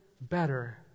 better